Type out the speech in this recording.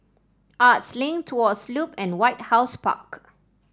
Arts Link Tuas Loop and White House Park